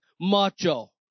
macho